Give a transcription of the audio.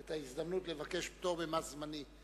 את ההזדמנות לבקש פטור ממס זמני.